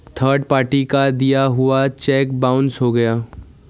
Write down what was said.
third party का दिया हुआ चेक बाउंस हो गया